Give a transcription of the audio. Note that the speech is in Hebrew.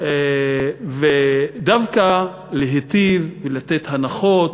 ודווקא להיטיב, ולתת הנחות,